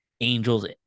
Angels